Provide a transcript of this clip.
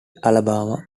alabama